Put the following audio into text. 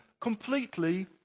completely